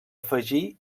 afegir